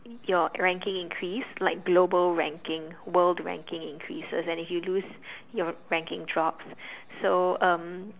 your ranking increase like global ranking world ranking increases and if you lose you ranking drops so um